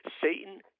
Satan